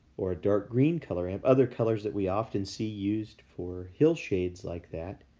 or a dark green color ramp, other colors that we often see used for hill shades like that.